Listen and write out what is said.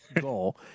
goal